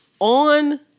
on